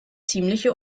ziemliche